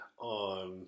on